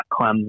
Clemson